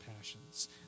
passions